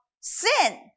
sin